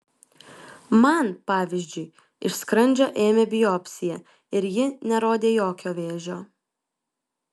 man pavyzdžiui iš skrandžio ėmė biopsiją ir ji nerodė jokio vėžio